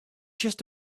just